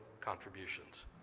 contributions